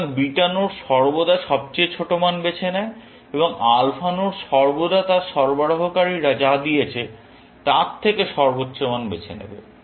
সুতরাং beta node সর্বদা সবচেয়ে ছোট মান বেছে নেয় এবং আলফা নোড সর্বদা তার সরবরাহকারীরা যা দিয়েছে তা থেকে সর্বোচ্চ মান বেছে নেবে